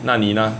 那你呢